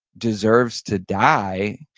deserves to die,